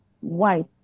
white